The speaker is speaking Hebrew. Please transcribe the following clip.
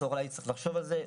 אולי צריך לחשוב על זה.